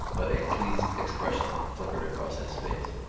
but a pleased expression flickered across his face.